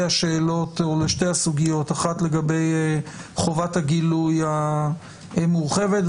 הסוגיות: אחת לגבי חובת הגילוי המורחבת,